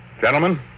Gentlemen